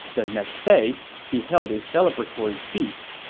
the next day, he held a celebratory feast.